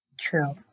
True